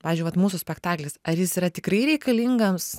pavyzdžiui vat mūsų spektaklis ar jis yra tikrai reikalingas